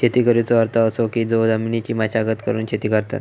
शेती करुचो अर्थ असो की जो जमिनीची मशागत करून शेती करतत